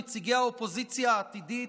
נציגי האופוזיציה העתידית,